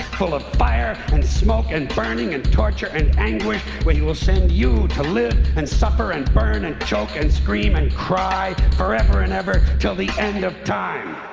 full of fire and smoke and burning and torture and anguish, where he will send you to live and suffer and burn and choke and scream and cry forever and ever til the end of time!